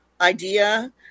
idea